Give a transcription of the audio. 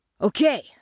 Okay